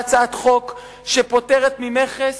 עולה הצעת חוק שפוטרת ממכס